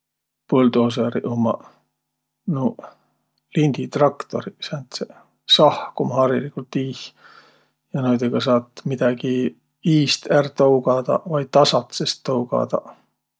Buldoosõriq ummaq nuuq linditraktoriq sääntseq. Sahk um hariligult iih ja noidõga saat midägi iist ärq tougadaq vai tasatsõs tougadaq.